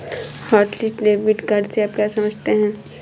Hotlist debit card से आप क्या समझते हैं?